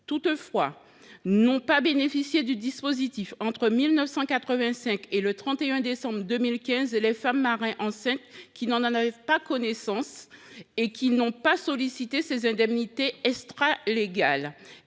Toutefois, entre le 31 décembre 1985 et le 31 décembre 2015, les femmes marins enceintes, qui n’en avaient pas connaissance et qui n’ont pas sollicité ces indemnités extralégales,